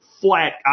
flat